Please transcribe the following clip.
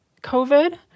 COVID